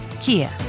Kia